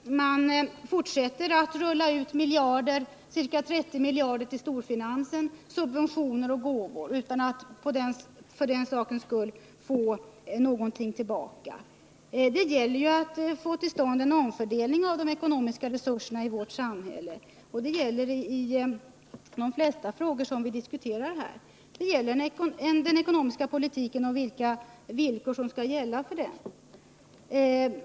Man fortsätter att rulla ut miljarder. 30 miljarder går till storfinansen i form av subventioner och gåvor utan att man för den sakens skull får någonting tillbaka. Vad det nu gäller är att få till stånd en omfördelning av de ekonomiska resurserna i vårt samhälle. Det gäller i de flesta frågor vi diskuterar här. Det gäller även den ekonomiska politiken och dess villkor.